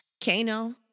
Kano